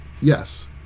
yes